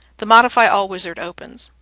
the modify all wizard opens.